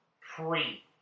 pre-